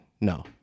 No